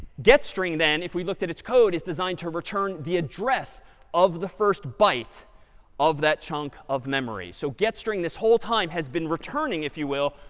getstring then, if we looked at its code, is designed to return the address of the first byte of that chunk of memory. so getstring, this whole time, has been returning, if you will,